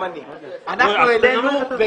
אנחנו העלינו.